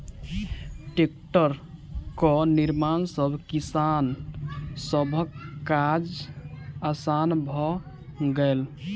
टेक्टरक निर्माण सॅ किसान सभक काज आसान भ गेलै